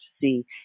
see